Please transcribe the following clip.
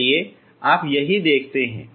इसलिए आप यही देखते हैं